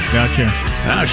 Gotcha